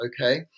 Okay